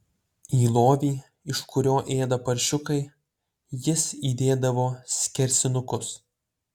į lovį iš kurio ėda paršiukai jis įdėdavo skersinukus